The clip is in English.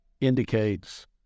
indicates